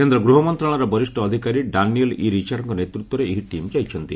କେନ୍ଦ୍ର ଗୃହ ମନ୍ତ୍ରଣାଳୟର ବରିଷ୍ଣ ଅଧିକାରୀ ଡାନିଏଲ ଇରିଚାର୍ଡଙ୍କ ନେତୃତ୍ୱରେ ଏହି ଦଳ ଯାଇଛନ୍ତି